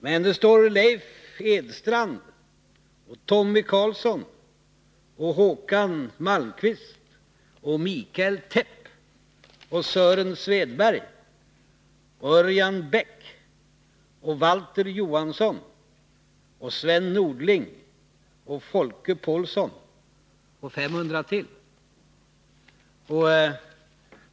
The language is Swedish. Men det står Leif Edstrand, Tommy Karlsson, Håkan Malmqvist, Mikael Täpp, Sören Svedberg, Örjan Bäck, Valter Johansson, Sven Nordling och Folke Pålsson — och 500 till.